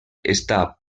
està